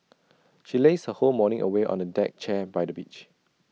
she lazed her whole morning away on A deck chair by the beach